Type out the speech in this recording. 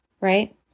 right